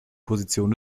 position